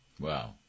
Wow